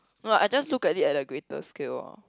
no lah I just look at it at a greater scale orh